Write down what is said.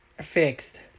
fixed